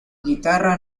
guitarra